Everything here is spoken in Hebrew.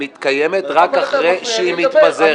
-- מתקיימת רק אחרי שהיא מתפזרת.